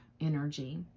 energy